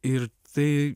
ir tai